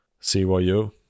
CYU